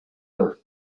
her